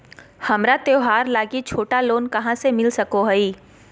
हमरा त्योहार लागि छोटा लोन कहाँ से मिल सको हइ?